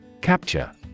Capture